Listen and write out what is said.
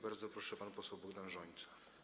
Bardzo proszę, pan poseł Bogdan Rzońca.